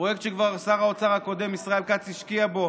פרויקט ששר האוצר הקודם ישראל כץ כבר השקיע בו